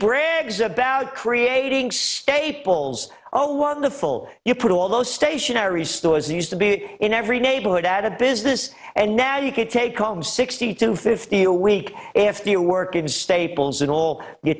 brags about creating staples oh wonderful you put all those stationery stores used to be in every neighborhood at a business and now you can take home sixty to fifty a week if you work in staples and all the